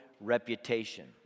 reputation